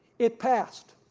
it passed,